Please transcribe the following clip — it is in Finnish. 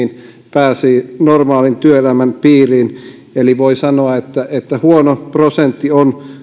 pääsi normaalin työelämän piiriin eli voi sanoa että se on huono prosentti